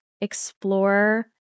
explore